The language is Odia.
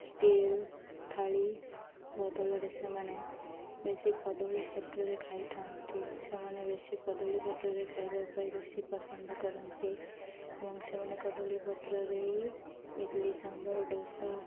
ଷ୍ଟିଲ୍ ଥାଳି ବଦଳରେ ସେମାନେ ବେଶୀ କଦଳୀ ପତ୍ରରେ ଖାଇଥାନ୍ତି ସେମାନେ ବେଶୀ କଦଳୀ ପତ୍ରରେ ଖାଇବା ପାଇଁ ବେଶୀ ପସନ୍ଦ କରନ୍ତି ଏବଂ ସେମାନେ କଦଳୀ ପତ୍ରରେ ହିଁ ଇଟିଲିି ସାମ୍ବାର୍ ଦୋସା